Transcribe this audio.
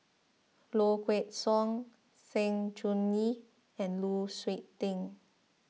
Low Kway Song Sng Choon Yee and Lu Suitin